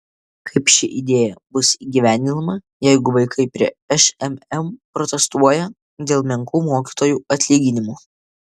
kaip ši idėja bus įgyvendinama jeigu vaikai prie šmm protestuoja dėl menkų mokytojų atlyginimų